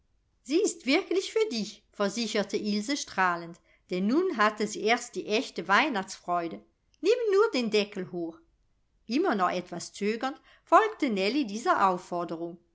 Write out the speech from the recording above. sie ist wirklich für dich versicherte ilse strahlend denn nun hatte sie erst die echte weihnachtsfreude nimm nur den deckel hoch immer noch etwas zögernd folgte nellie dieser aufforderung